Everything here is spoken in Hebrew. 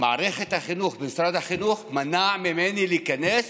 מערכת החינוך ומשרד החינוך מנעו ממני להיכנס